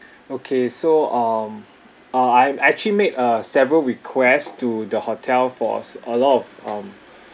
okay so um uh I'm actually made a several requests to the hotel for a lot of um